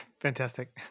Fantastic